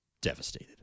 devastated